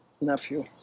nephew